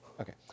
okay